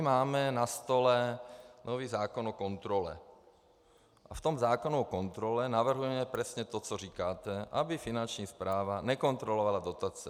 Máme na stole nový zákon o kontrole a v zákonu o kontrole navrhujeme přesně to, co říkáte, aby Finanční správa nekontrolovala dotace.